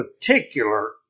particular